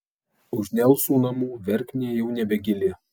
už nelsų namų verknė jau nebegili